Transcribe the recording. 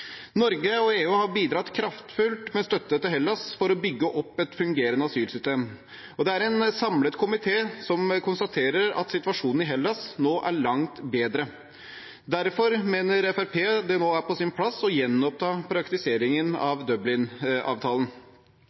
Norge og EU har bidratt kraftfullt med støtte til Hellas for å bygge opp et fungerende asylsystem. Det er en samlet komité som konstaterer at situasjonen i Hellas nå er langt bedre. Derfor mener Fremskrittspartiet det nå er på sin plass å gjenoppta praktiseringen av